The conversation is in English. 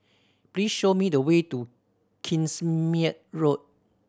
please show me the way to Kingsmead Road